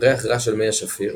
ריח רע של מי השפיר